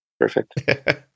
Perfect